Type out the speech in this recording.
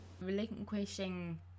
relinquishing